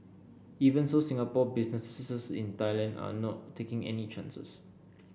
even so Singapore businesses in Thailand are not taking any chances